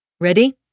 Ready